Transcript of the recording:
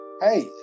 Hey